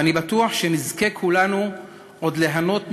ואני בטוח שנזכה כולנו עוד ליהנות מכישרונותיו.